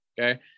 okay